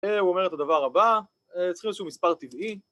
‫הוא אומר את הדבר הבא, ‫צריך איזשהו מספר טבעי.